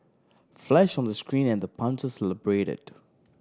flash on the screen and the punter celebrated